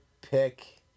pick